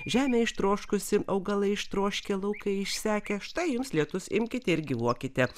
žemė ištroškusi augalai ištroškę laukai išsekę štai jums lietus imkite ir gyvuokite